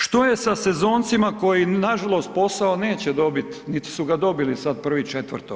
Što je sa sezoncima koji nažalost posao neće dobit, niti su ga dobili sad 1.4.